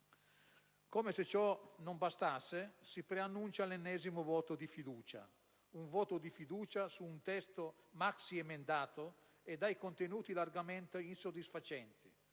Come se ciò non bastasse, si preannuncia l'ennesimo voto di fiducia: un voto di fiducia su un testo maxiemendato e dai contenuti largamente insoddisfacenti.